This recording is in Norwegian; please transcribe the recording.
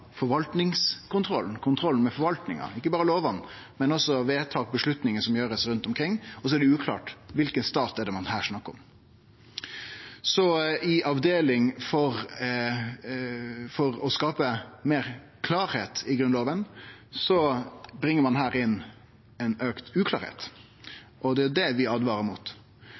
forvaltningskontrollen – kontrollen med forvaltninga, ikkje berre lovene, men også vedtak og avgjerder som blir gjorde rundt omkring – og så er det uklart kva for stat ein snakkar om. I avdelinga for å skape meir klarleik i Grunnlova bringar ein her inn ein auka uklarleik. Det er det vi åtvarar mot.